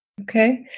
Okay